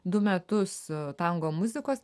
du metus tango muzikos